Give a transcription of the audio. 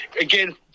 Again